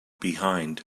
behind